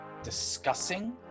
discussing